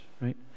right